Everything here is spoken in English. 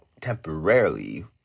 temporarily